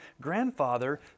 grandfather